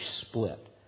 split